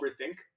overthink